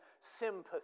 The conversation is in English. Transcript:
sympathy